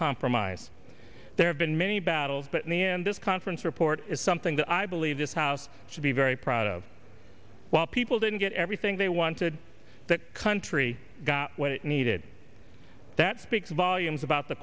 compromise there have been many battles but in the end this conference report is something that i believe this house should be very proud of while people didn't get everything they wanted that country got what it needed that speaks volumes about the